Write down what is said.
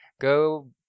go